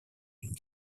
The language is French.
une